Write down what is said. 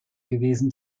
gewesen